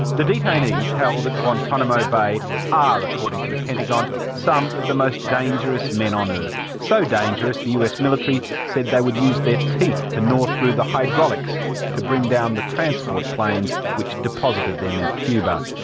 the detainees held at guantanamo bay are, according to the pentagon, some of the most dangerous men on earth, so dangerous the us military said they would use their teeth to gnaw through the hydraulics to bring down the transport planes which deposited them in cuba.